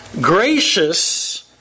gracious